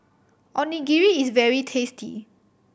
onigiri is very tasty